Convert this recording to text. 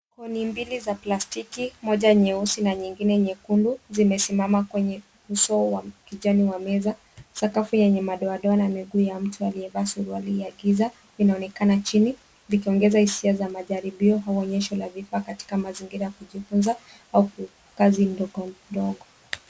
Kuni mbili za plastiki moja nyeusi na nyingine nyekundu zimesimama kwenye uso wa kijani wa meza sakafu wenye madoa doa na miguu ya mtu aliyevaa suruali ya giza inaonekana chini vikiongeza hisia za majaribio au onyesho la vifaa katika mazingira ya kujifunza au kazi mdogo mdogo.